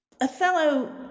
Othello